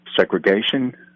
segregation